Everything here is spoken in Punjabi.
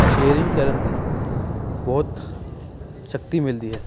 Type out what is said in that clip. ਸ਼ੇਅਰਿੰਗ ਕਰਨ ਦੀ ਬਹੁਤ ਸ਼ਕਤੀ ਮਿਲਦੀ ਹੈ